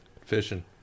fishing